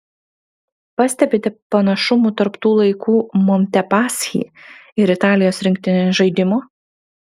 pastebite panašumų tarp tų laikų montepaschi ir italijos rinktinės žaidimo